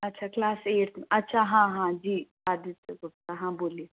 अच्छा class eighth में अच्छा हाँ हाँ जी आदित्य गुप्ता हाँ बोलिए